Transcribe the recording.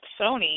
Sony